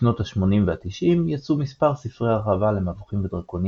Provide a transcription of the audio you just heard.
בשנות השמונים והתשעים יצאו מספר ספרי הרחבה למבוכים ודרקונים